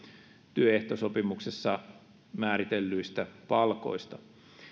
työehtosopimuksessa määritellyistä palkoista